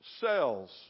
cells